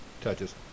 touches